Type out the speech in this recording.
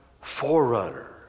forerunner